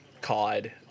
COD